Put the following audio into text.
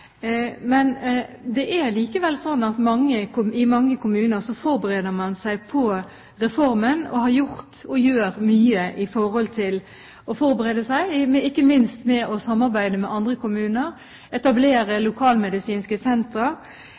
Men det er likevel slik at man i mange kommuner forbereder seg på reformen. Man har gjort og gjør mye for å forberede seg, ikke minst når det gjelder å samarbeide med andre kommuner, etablere lokalmedisinske sentre,